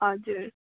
हजुर